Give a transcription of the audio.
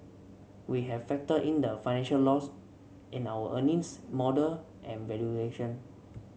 we have factored in the financial loss in our earnings model and valuation